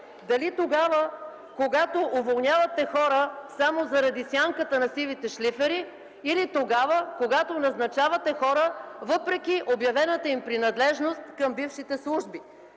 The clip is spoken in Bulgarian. дали тогава, когато уволнявате хора само заради сянката на сивите шлифери, или тогава, когато назначавате хора, въпреки обявената им принадлежност към бившите служби.